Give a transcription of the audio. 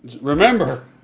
remember